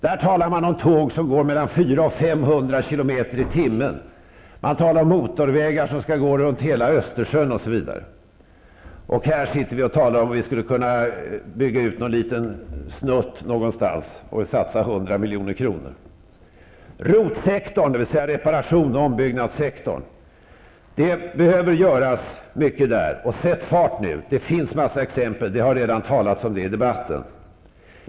Där talar man om tåg som går med en hastighet av mellan 400 och 500 km/tim. Man talar om motorvägar som skall gå runt hela Östersjön osv. här sitter vi och talar om att kunna bygga ut någon liten snutt och satsa 100 milj.kr. Inom ROT-sektorn, dvs. reparations och ombyggnadssektorn, behöver mycket göras, och sätt fart nu! Det finns en mängd exempel. Det har redan talats om det i debatten.